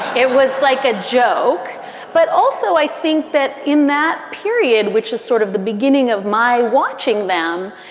it was like a joke but also, i think that in that period, which is sort of the beginning of my watching them,